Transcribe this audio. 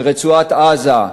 ברצועת-עזה.